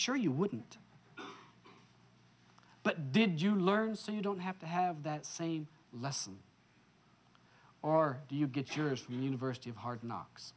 sure you wouldn't but did you learn so you don't have to have that same lesson or do you get curious from university of hard knocks